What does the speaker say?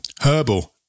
Herbal